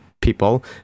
people